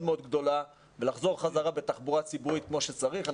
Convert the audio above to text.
מאוד גדולה ולחזור חזרה בתחבורה ציבורית כמו שצריך.